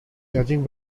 judging